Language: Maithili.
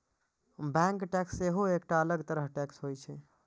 बैंक टैक्स सेहो एकटा अलग तरह टैक्स होइ छै